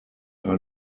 are